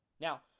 Now